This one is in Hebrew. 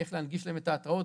איך להנגיש להם את ההתראות.